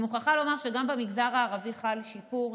אני מוכרחה לומר שגם במגזר הערבי חל שיפור,